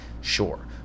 Sure